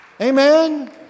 Amen